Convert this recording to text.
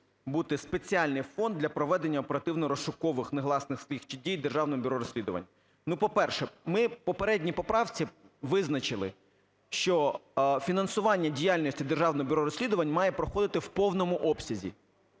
бути спеціальний фонд для проведення оперативно-розшукових (негласних слідчих) дій Державним бюро розслідувань. Ну, по-перше, ми в попередній поправці визначили, що фінансування діяльності Державного бюро розслідувань має проходити в повному обсязі.